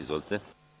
Izvolite.